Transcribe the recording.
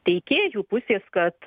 teikėjų pusės kad